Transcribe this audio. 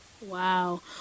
Wow